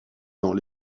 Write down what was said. dans